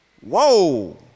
Whoa